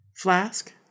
flask